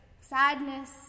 sadness